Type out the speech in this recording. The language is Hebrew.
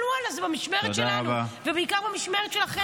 אבל ואללה, זה במשמרת שלנו, ובעיקר במשמרת שלכם.